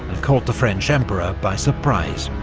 and caught the french emperor by surprise.